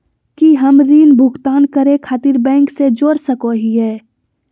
की हम ऋण भुगतान करे खातिर बैंक से जोड़ सको हियै?